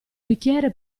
bicchiere